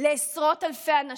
לעשרות אלפי אנשים,